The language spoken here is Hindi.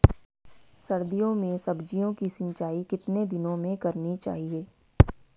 सर्दियों में सब्जियों की सिंचाई कितने दिनों में करनी चाहिए?